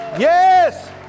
yes